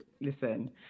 listen